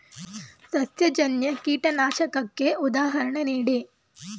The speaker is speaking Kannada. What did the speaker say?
ಸಸ್ಯಜನ್ಯ ಕೀಟನಾಶಕಕ್ಕೆ ಉದಾಹರಣೆ ನೀಡಿ?